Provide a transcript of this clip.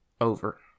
Over